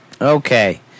Okay